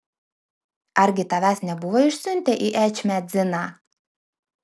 argi tavęs nebuvo išsiuntę į ečmiadziną